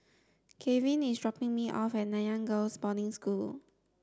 Gavin is dropping me off at Nanyang Girls' Boarding School